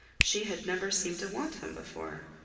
she had never seemed to want him before.